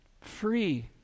Free